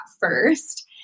first